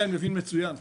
אני מבין מצוין.